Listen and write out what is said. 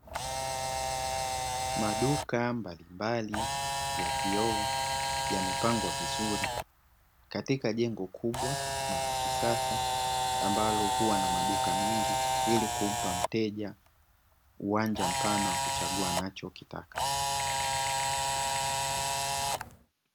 Maduka mbalimbali ya vioo yamepangwa vizuri katika jengo kubwa na la kisasa, ambalo huwa na maduka mengi ili kumpa mteja uwanja mpana wa kuchagua anachokitaka.